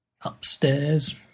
Upstairs